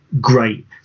Great